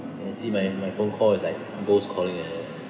and see my my phone call is like ghost calling like that